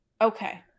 okay